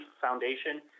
Foundation